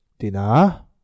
Tina